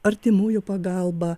artimųjų pagalba